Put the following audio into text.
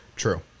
true